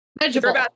Vegetables